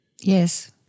Yes